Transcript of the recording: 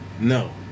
no